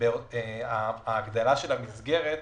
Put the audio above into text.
ההגדלה של המסגרת,